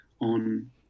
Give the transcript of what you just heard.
on